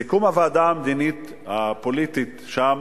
סיכום, הוועדה המדינית הפוליטית שם